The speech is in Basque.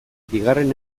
bigarren